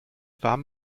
warm